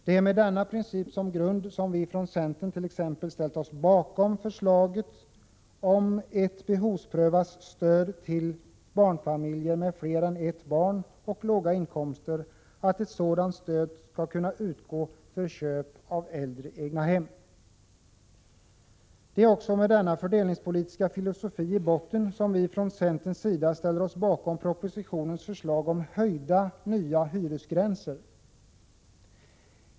Det är med denna princip som grund som vi från centern t.ex. ställt oss bakom förslaget om att ett behovsprövat stöd till barnfamiljer med fler än ett barn och med låga inkomster skall kunna utgå för köp av äldre egnahem. Det är också med denna fördelningspolitiska filosofi i botten som vi från centerns sida ställer oss bakom propositionens förslag om höjda nya hyresgränser.